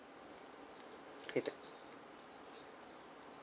okay than~